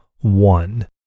one